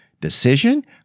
decision